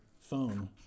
phone